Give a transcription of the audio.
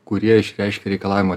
kurie išreiškia reikalavimą